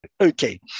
Okay